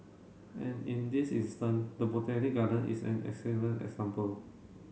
and in this instance the Botanic Garden is an excellent example